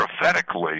prophetically